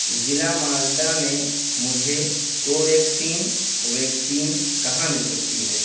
ضلع مالدہ میں مجھے کوویکسین ویکسین کہاں مل سکتی ہے